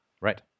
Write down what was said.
Right